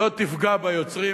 לא יפגעו ביוצרים,